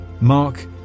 Mark